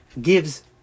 gives